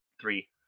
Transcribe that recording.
Three